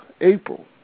April